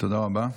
תודה רבה.